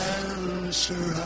answer